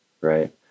right